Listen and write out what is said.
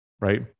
right